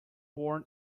born